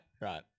Right